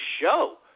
show